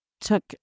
took